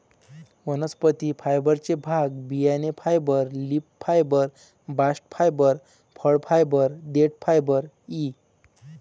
वनस्पती फायबरचे भाग बियाणे fibre, leaf fibre, bast fibre, फळ फायबर, देठ फायबर इ